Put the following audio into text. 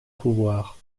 pouvoir